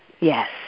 Yes